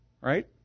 right